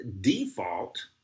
default